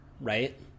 Right